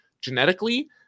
genetically